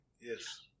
Yes